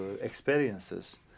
experiences